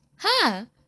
!huh!